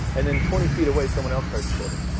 and then twenty feet away someone else starts quoting